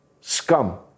scum